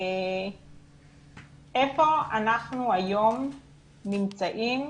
איפה אנחנו היום נמצאים,